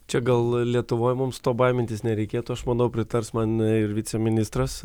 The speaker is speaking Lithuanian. čia gal lietuvoj mums to baimintis nereikėtų aš manau pritars man ir viceministras